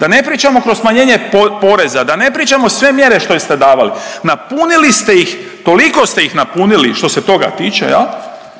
Da ne pričamo kroz smanjenje poreza, da ne pričamo sve mjere što ste davali. Napunili ste ih, toliko ste ih napunili što se toga tiče.